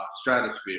stratosphere